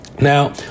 Now